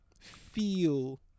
feel